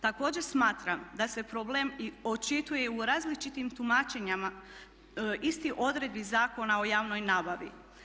Također smatram da se problem očituje i u različitim tumačenjima istih odredbi Zakona o javnoj nabavi.